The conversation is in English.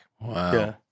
Wow